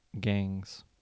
gangs